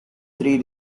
three